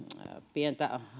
pientä